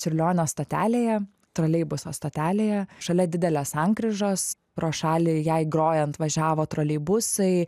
čiurlionio stotelėje troleibuso stotelėje šalia didelės sankryžos pro šalį jai grojant važiavo troleibusai